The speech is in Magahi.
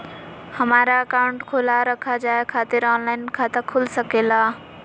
हमारा अकाउंट खोला रखा जाए खातिर ऑनलाइन खाता खुल सके ला?